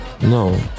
No